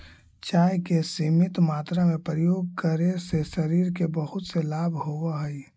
चाय के सीमित मात्रा में प्रयोग करे से शरीर के बहुत से लाभ होवऽ हइ